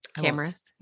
cameras